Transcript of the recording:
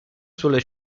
sulle